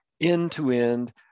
end-to-end